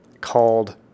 called